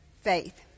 Faith